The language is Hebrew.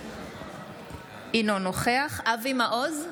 מלכיאלי, אינו נוכח אבי מעוז,